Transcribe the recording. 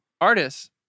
Artists